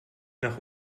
nach